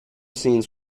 scenes